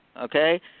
okay